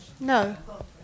no